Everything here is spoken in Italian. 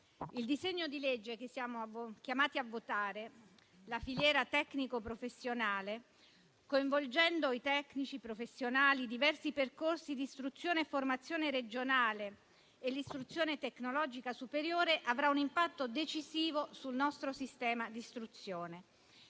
il disegno di legge che siamo chiamati a votare, la filiera tecnico-professionale, coinvolgendo i tecnici professionali, diversi percorsi di istruzione e formazione regionale e l'istruzione tecnologica superiore, avrà un impatto decisivo sul nostro sistema di istruzione.